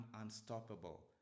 unstoppable